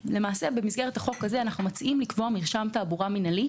במסגרת החוק הזה אנחנו מציעים לקבוע מרשם תעבורה מינהלי,